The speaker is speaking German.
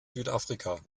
südafrika